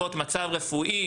לרבות מצב רפואי,